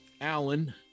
Alan